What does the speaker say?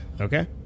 Okay